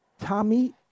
Tommy